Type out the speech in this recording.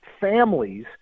families